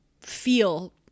feel